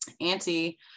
auntie